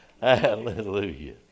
Hallelujah